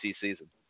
season